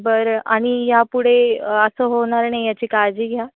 बरं आणि ह्या पुढे असं होणार नाही याची काळजी घ्या